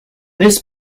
this